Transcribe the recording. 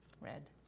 red